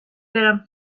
برم